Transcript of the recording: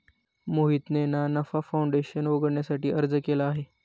मोहितने ना नफा फाऊंडेशन उघडण्यासाठी अर्ज केला आहे